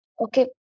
Okay